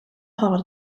heart